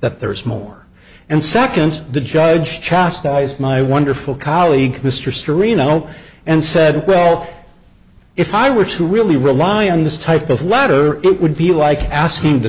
that there is more and second the judge chastised my wonderful colleague mr serino and said well if i were to really rely on this type of letter it would be like asking the